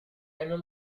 camion